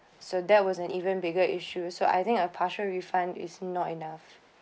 so that was an even bigger issues so I think our partial refund is not enough